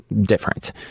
different